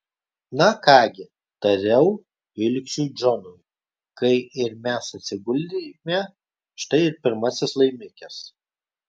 na ką gi tariau ilgšiui džonui kai ir mes atsigulėme štai ir pirmasis laimikis